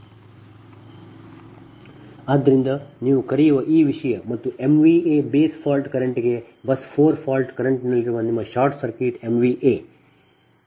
u ಆದ್ದರಿಂದ ನೀವು ಕರೆಯುವ ಈ ವಿಷಯ ಮತ್ತು MVA ಬೇಸ್ ಫಾಲ್ಟ್ ಕರೆಂಟ್ಗೆ ಬಸ್ 4 ಫಾಲ್ಟ್ ಕರೆಂಟ್ನಲ್ಲಿರುವ ನಿಮ್ಮ ಶಾರ್ಟ್ ಸರ್ಕ್ಯೂಟ್ ಎಂವಿಎ IfMVAbase8